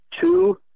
two